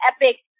epic